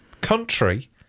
country